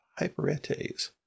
hyperetes